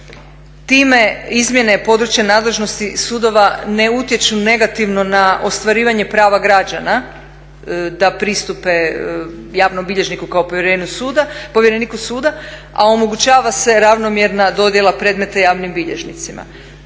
Time izmjene i područje nadležnosti sudova ne utječu negativno na ostvarivanje prava građana da pristupe javnom bilježniku kao povjereniku suda, a omogućava se ravnomjerna dodjela predmeta javnim bilježnicima.